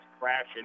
crashing